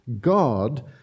god